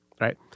right